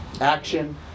action